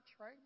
right